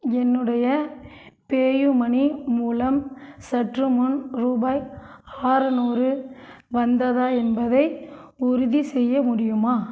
என்னுடைய PayU money மூலம் சற்றுமுன் ரூபாய் அறுநூறு வந்ததா என்பதை உறுதிசெய்ய முடியுமா